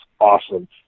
awesome